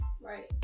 Right